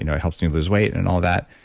you know it helps me lose weight, and all that,